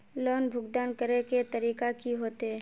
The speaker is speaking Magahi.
लोन भुगतान करे के तरीका की होते?